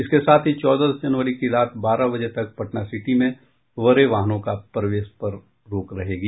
इसके साथ ही चौदह जनवरी की रात बारह बजे तक पटनासिटी में बड़े वाहनों के प्रवेश पर रहेगी